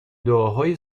دعاهای